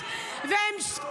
מספיק כבר.